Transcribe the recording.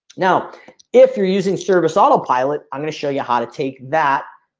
now if you're using service autopilot, i'm gonna show you how to take that